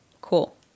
cool